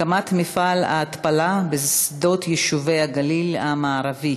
הקמת מפעל ההתפלה בשדות יישובי הגליל המערבי,